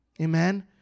Amen